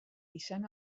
izan